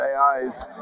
AIs